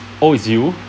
oh it's you